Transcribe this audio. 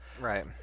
Right